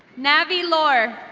navi lor.